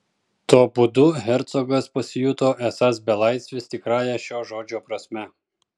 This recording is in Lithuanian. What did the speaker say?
tuo būdu hercogas pasijuto esąs belaisvis tikrąja šio žodžio prasme